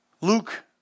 Luke